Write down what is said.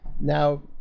Now